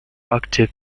arctic